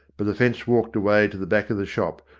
but the fence walked away to the back of the shop,